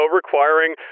requiring